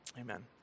Amen